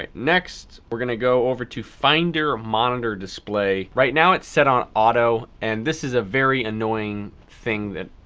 ah next we're going to go over to finder, monitor display. right now it's set on auto and this is a very annoying thing that,